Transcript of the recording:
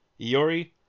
Iori